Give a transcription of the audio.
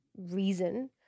reason